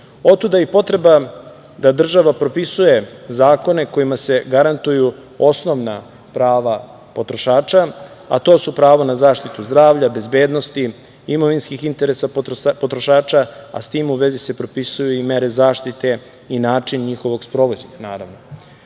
i potreba da država propisuje zakone kojima se garantuju osnovna prava potrošača, a to su pravo na zaštitu zdravlja, bezbednosti, imovinskih interesa potrošača, a s tim u vezi se propisuju i mere zaštite i način njihovog sprovođenja, naravno.